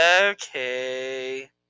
Okay